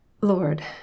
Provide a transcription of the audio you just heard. Lord